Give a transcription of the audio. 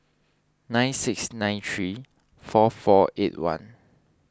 nine six nine three four four eight one